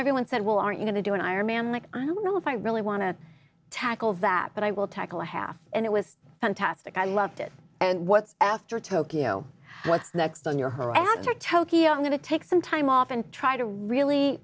everyone said well are you going to do an iron man like i don't know if i really want to tackle that but i will tackle a half and it was fantastic i loved it and what's after tokyo what's next on your her after tokyo i'm going to take some time off and try to really